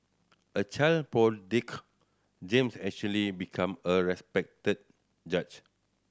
a child James actually become a respected judge